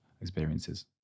experiences